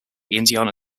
indiana